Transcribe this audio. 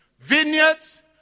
Vineyards